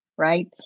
right